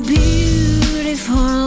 beautiful